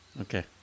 Okay